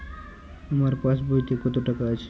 আমার পাসবইতে কত টাকা আছে?